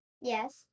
Yes